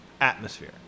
atmosphere